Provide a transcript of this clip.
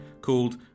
called